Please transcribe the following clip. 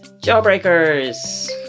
Jawbreakers